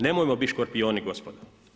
Nemojmo biti škorpioni gospodo.